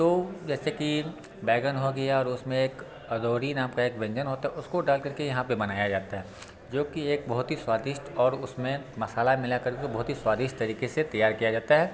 तो जैसे कि बैगन हो गया और उसमें एक अदौरी नाम का एक व्यंजन होता है उसको डाल कर के यहाँ पे बनाया जाता है जो कि एक बहुत ही स्वादिष्ट और उसमें मसाला मिला करके बहुत ही स्वादिष्ट तरीके से तैयार किया जाता है